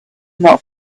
not